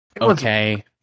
Okay